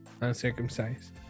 uncircumcised